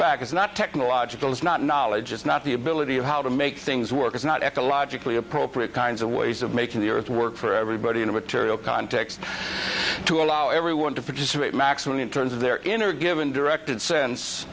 back is not technological is not knowledge it's not the ability of how to make things work it's not ecologically appropriate kinds of ways of making the earth work for everybody in a material context to allow everyone to participate maximum in terms of their inner given directed sense